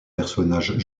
personnages